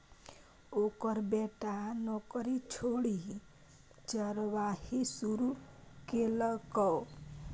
ओकर बेटा नौकरी छोड़ि चरवाही शुरू केलकै